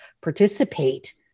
participate